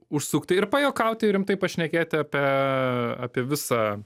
užsukti ir pajuokauti ir rimtai pašnekėti apie apie visą